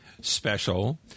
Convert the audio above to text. special